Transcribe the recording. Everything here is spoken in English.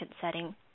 setting